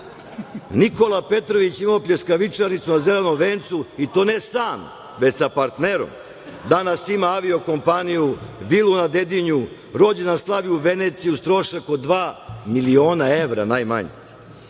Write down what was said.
Petrović imao pljeskavičarnicu na Zelenom vencu, i to ne sam, već sa partnerom. Danas ima avio kompaniju, vilu na Dedinju, rođendan slavi u Veneciji, uz trošak od dva miliona evra najmanje.